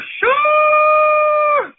sure